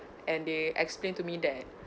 and they explain to me that